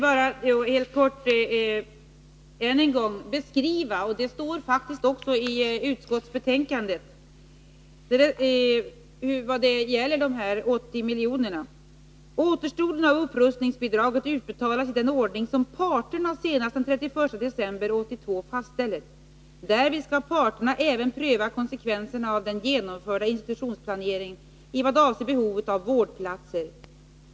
Fru talman! I betänkandet står det faktiskt: ”Återstoden av upprustningsbidraget utbetalas i den ordning som parterna senast den 31 december 1982 fastställer. Därvid skall parterna även pröva konsekvenserna av den genomförda institutionsplaneringen i vad avser behovet av vårdplatser.